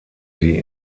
sie